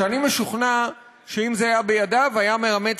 שאני משוכנע שלו זה היה בידיו היה מאמץ